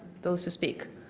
those to speak.